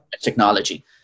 technology